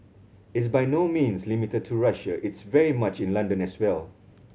it's by no means limited to Russia it's very much in London as well